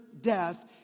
death